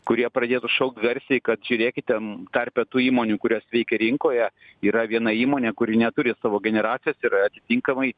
kurie pradėtų šaukt garsiai kad žiūrėkite tarpe tų įmonių kurios veikia rinkoje yra viena įmonė kuri neturi savo generacijos ir atitinkamai